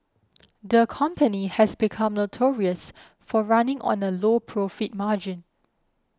the company has become notorious for running on a low profit margin